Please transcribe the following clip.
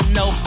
no